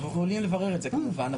אנחנו יכולים לברר את זה כמובן,